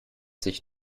sich